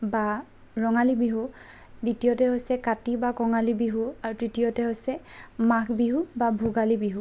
বা ৰঙালী বিহু দ্বিতীয়তে হৈছে কাতি বা কঙালী বিহু আৰু তৃতীয়তে হৈছে মাঘ বিহু বা ভোগালী বিহু